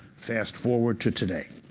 fast forward to today,